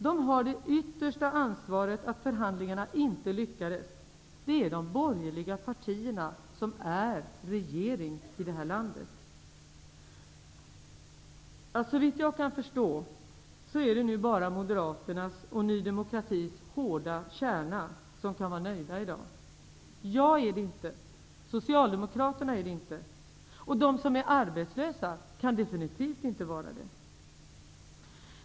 De har nu det yttersta ansvaret för att förhandlingarna inte lyckades. Det är de borgerliga partierna som är regering här i landet. Såvitt jag kan förstå är det bara Moderaternas och Ny demokratis hårda kärna som kan vara nöjda i dag. Jag är det inte. Socialdemokraterna är det inte. De som är arbetslösa kan definitivt inte vara det.